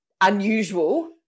unusual